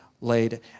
laid